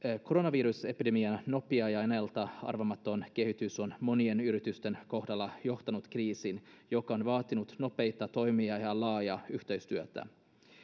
koronavirusepidemian nopea ja ennalta arvaamaton kehitys on monien yritysten kohdalla johtanut kriisiin joka on vaatinut nopeita toimia ja laajaa yhteistyötä